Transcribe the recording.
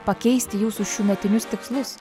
pakeisti jūsų šiųmetinius tikslus